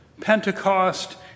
Pentecost